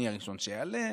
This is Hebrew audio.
אני הראשון שאעלה,